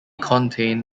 contain